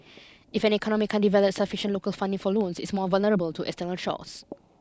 if an economy can't develop sufficient local funding for loans it's more vulnerable to external shocks